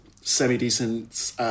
semi-decent